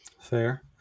Fair